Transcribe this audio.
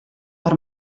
per